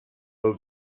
will